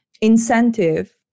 incentive